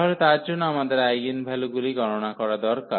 তাহলে তার জন্য আমাদের আইগেনভ্যালুগুলি গণনা করা দরকার